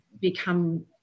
become